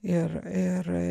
ir ir